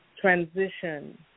transition